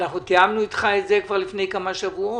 אנחנו תיאמנו אתך את זה כבר לפני כמה שבועות.